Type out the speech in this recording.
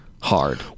hard